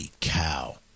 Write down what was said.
cow